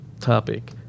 topic